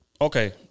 Okay